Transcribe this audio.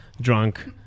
drunk